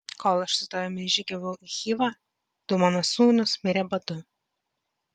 kol aš su tavimi žygiavau į chivą du mano sūnūs mirė badu